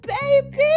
baby